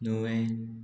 नुवें